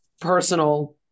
personal